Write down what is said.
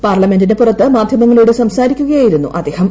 പാർലമെന്റിന് പുറത്ത് മാധ്യമങ്ങളോട് സംസാരിക്കുകയായിരുന്നു അദ്ദേഹം